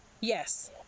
Yes